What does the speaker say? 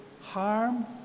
harm